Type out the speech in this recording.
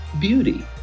beauty